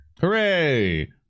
Hooray